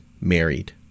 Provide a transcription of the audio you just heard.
married